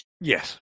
Yes